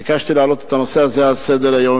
ביקשתי להעלות את הנושא הזה על סדר-היום.